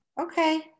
Okay